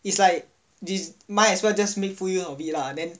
it's like this might as well just make full use of it lah then